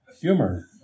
humor